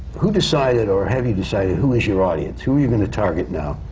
who decided or have you decided? who is your audience? who are you going to target now,